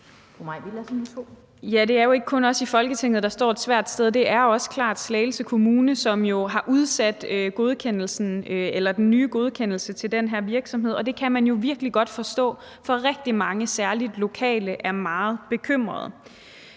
Det er jo ikke kun os i Folketinget, der står et svært sted, det er klart også Slagelse Kommune, som jo har udsat den nye godkendelse til den her virksomhed, og det kan man virkelig godt forstå, for rigtig mange, særlig lokale, er meget bekymrede.